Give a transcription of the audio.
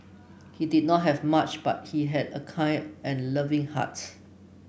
he did not have much but he had a kind and loving heart